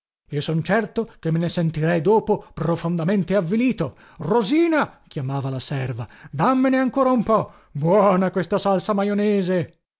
io son certo che me ne sentirei dopo profondamente avvilito rosina chiamava la serva dammene ancora un po buona questa salsa majonese